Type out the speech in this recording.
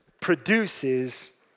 produces